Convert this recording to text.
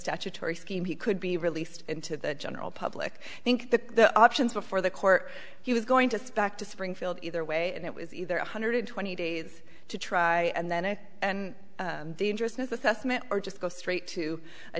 statutory scheme he could be released into the general public think that the options before the court he was going to suspect to springfield either way and it was either one hundred twenty days to try and then it and dangerousness assessment or just go straight to a